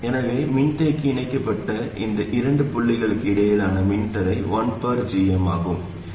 எனவே மின்தேக்கி இணைக்கப்பட்ட இந்த இரண்டு புள்ளிகளுக்கு இடையிலான மின்தடை 1 gm ஆகும்